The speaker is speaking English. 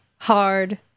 Hard